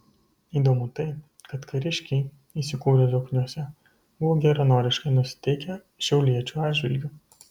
įdomu tai kad kariškiai įsikūrę zokniuose buvo geranoriškai nusiteikę šiauliečių atžvilgiu